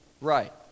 right